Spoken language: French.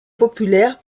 populaire